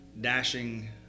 dashing